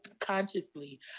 consciously